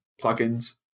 plugins